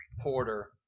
Porter